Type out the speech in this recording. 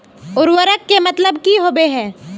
उर्वरक के मतलब की होबे है?